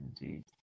indeed